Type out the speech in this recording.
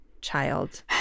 child